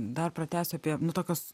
dar pratęsiu apie nu tokios